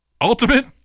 Ultimate